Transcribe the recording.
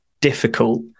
difficult